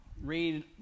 read